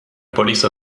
police